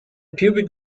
pubic